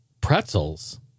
pretzels